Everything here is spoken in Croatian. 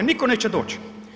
Nitko neće doći.